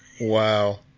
Wow